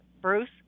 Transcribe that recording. Bruce